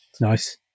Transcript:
Nice